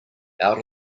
out